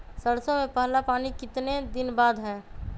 सरसों में पहला पानी कितने दिन बाद है?